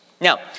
Now